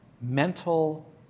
mental